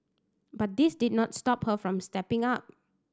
but this did not stop her from stepping up